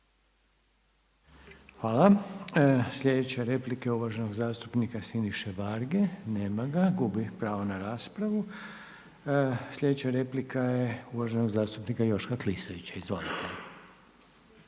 Hvala. Sljedeća replika je uvaženog zastupnika Željka Glasnovića. Nema ga, gubi pravo na repliku. Sljedeća replika je uvaženog zastupnika Davora Vlaovića. Nema